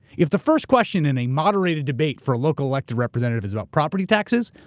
if the first question in a moderated debate for a local elected representative is about property taxes,